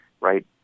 right